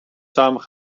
samen